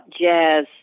jazz